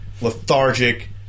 lethargic